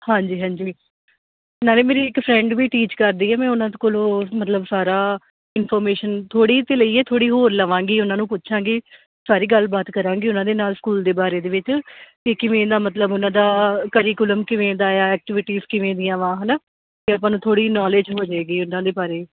ਹਾਂਜੀ ਹਾਂਜੀ ਨਾਲੇ ਮੇਰੀ ਇੱਕ ਫਰੈਂਡ ਵੀ ਟੀਚ ਕਰਦੀ ਹੈ ਮੈਂ ਉਹਨਾਂ ਕੋਲੋਂ ਮਤਲਬ ਸਾਰਾ ਇਨਫੋਰਮੇਸ਼ਨ ਥੋੜ੍ਹੀ ਅਤੇ ਲਈ ਥੋੜ੍ਹੀ ਹੋਰ ਲਵਾਂਗੀ ਉਹਨਾਂ ਨੂੰ ਪੁੱਛਾਂਗੀ ਸਾਰੀ ਗੱਲਬਾਤ ਕਰਾਂਗੇ ਉਹਨਾਂ ਦੇ ਨਾਲ ਸਕੂਲ ਦੇ ਬਾਰੇ ਦੇ ਵਿੱਚ ਕਿ ਕਿਵੇਂ ਇੰਨਾ ਮਤਲਬ ਉਹਨਾਂ ਦਾ ਕਰੀਕੁਲਮ ਕਿਵੇਂ ਦਾ ਆ ਐਕਟੀਵਿਟੀ ਕਿਵੇਂ ਦੀਆਂ ਵਾ ਹੈ ਨਾ ਅਤੇ ਆਪਾਂ ਨੂੰ ਥੋੜ੍ਹੀ ਨਾਲੇਜ ਹੋ ਜਾਏਗੀ ਉਹਨਾਂ ਦੇ ਬਾਰੇ